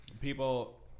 people